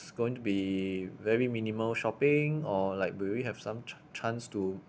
going to be very minimal shopping or like do we have some ch~ chance to